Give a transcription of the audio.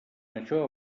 això